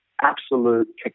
absolute